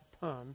pun